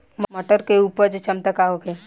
मटर के उपज क्षमता का होखे?